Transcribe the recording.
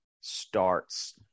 starts